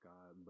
God